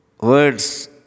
Words